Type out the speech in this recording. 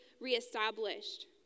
reestablished